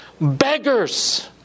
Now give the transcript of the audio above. beggars